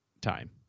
time